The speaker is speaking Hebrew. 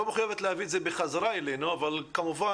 לא מחויבת להביא את זה בחזרה אלינו אבל כמובן